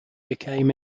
became